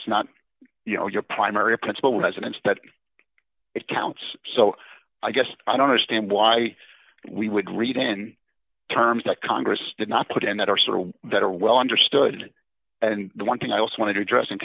it's not you know your primary principle has been instead it counts so i guess i don't understand why we would read in terms that congress did not put and that are sort of that are well understood and the one thing i also wanted to address in